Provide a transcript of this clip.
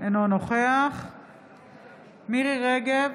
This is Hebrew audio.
אינו נוכח מירי מרים רגב,